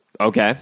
okay